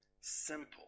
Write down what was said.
simple